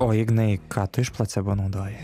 o ignai ką tu iš placebo naudoji